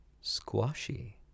squashy